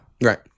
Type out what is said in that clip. Right